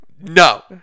No